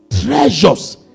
treasures